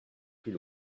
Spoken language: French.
plus